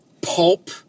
pulp